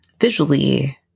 visually